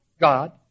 God